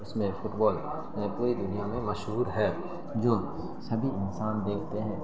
اس میں فٹبال پوری دنیا میں مشہور ہے جو سبھی انسان دیکھتے ہیں